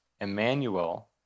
Emmanuel